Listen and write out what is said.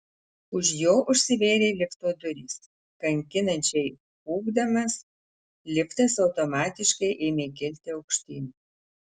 už jo užsivėrė lifto durys kankinančiai ūkdamas liftas automatiškai ėmė kilti aukštyn